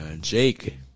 Jake